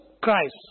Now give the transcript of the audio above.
Christ